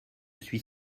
suis